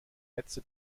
netze